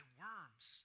worms